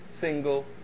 single